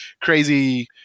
crazy